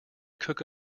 cook